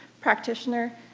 practitioner,